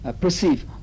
perceive